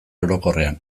orokorrean